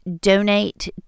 donate